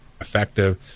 effective